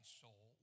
soul